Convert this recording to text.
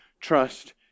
trust